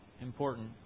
important